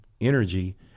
energy